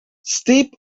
steep